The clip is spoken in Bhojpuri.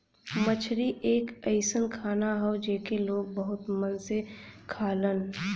मछरी एक अइसन खाना हौ जेके लोग बहुत मन से खालन